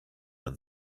and